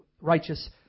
righteous